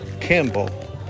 Campbell